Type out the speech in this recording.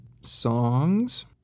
songs